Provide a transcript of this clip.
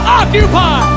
occupy